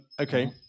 Okay